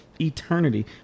eternity